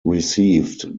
received